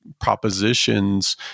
propositions